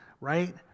right